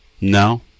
No